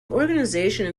organization